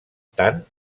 tant